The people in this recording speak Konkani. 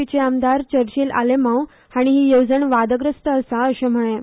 पीचे आमदार चर्चिल आलेमांव हाणी हि येवजण वादग्रस्त आसा अशें म्हळें